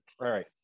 right